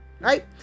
right